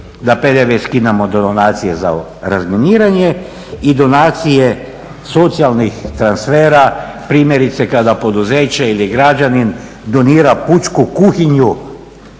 PDV na donacije za razminiranje i donacije socijalnih transfera primjerice kada poduzeće ili građanin donira pučku kuhinju,